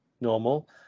normal